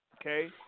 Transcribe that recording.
Okay